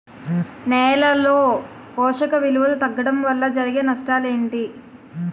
నేలలో పోషక విలువలు తగ్గడం వల్ల జరిగే నష్టాలేంటి?